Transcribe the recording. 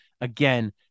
again